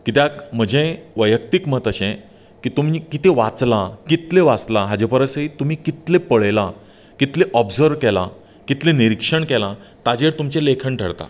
कित्याक म्हजें वैयक्तीक मत अशें की तुमी कितें वाचलां कितलें वाचलां हाचे परसय तुमी कितलें पळयलां कितलें ओबजर्व केलां कितलें निरीक्षण केलां ताजेर तुमचें लेखन ठरता